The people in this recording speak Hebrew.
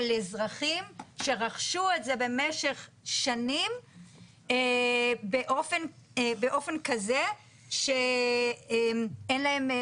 אזרחים שרכשו את זה במשך שנים באופן כזה שאין להם,